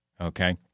okay